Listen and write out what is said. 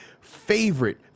favorite